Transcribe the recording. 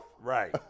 right